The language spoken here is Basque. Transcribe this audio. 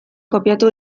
kopiatu